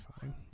fine